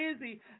busy